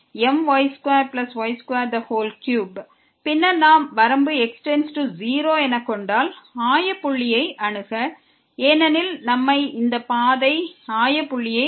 y65my2y4my2y23 பின்னர் நாம் வரம்பு x→0 என கொண்டால் ஆய புள்ளியை அணுக ஏனெனில் இந்த பாதை நம்மை ஆய புள்ளியை அணுக வைக்கும்